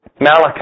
Malachi